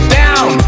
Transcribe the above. down